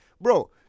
Bro